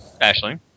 Ashley